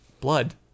Blood